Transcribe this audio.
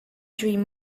dream